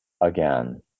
again